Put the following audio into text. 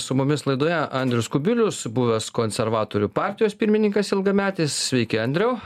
su mumis laidoje andrius kubilius buvęs konservatorių partijos pirmininkas ilgametis sveiki andriau